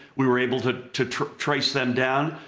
we were able to to trace them down.